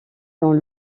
dans